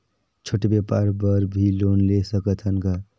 छोटे व्यापार बर भी लोन ले सकत हन का?